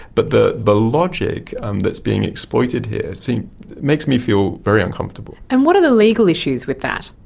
but the the logic um that is being exploited exploited here so makes me feel very uncomfortable. and what are the legal issues with that?